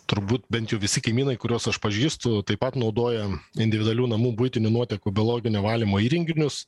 turbūt bent jau visi kaimynai kuriuos aš pažįstu taip pat naudoja individualių namų buitinių nuotekų biologinio valymo įrenginius